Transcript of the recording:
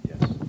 Yes